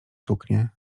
suknie